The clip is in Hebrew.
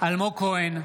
אלמוג כהן,